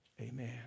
Amen